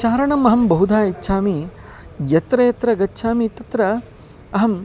चारणम् अहं बहुधा इच्छामि यत्र यत्र गच्छामि तत्र अहम्